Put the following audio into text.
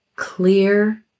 Clear